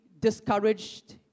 discouraged